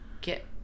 get